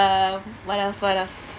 um what else what else